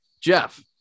Jeff